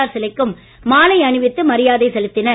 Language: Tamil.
ஆர் சிலைக்கும் மாலை அணிவித்து மரியாதை செலுத்தினர்